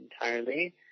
entirely